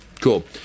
Cool